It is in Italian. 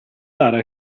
dare